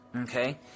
Okay